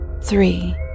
Three